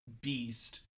beast